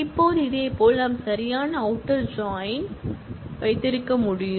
இப்போது இதேபோல் நாம் சரியான அவுட்டர் ஜாயின் ஐ வைத்திருக்க முடியும்